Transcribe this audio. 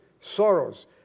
sorrows